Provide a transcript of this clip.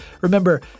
Remember